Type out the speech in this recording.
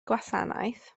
gwasanaeth